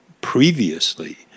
previously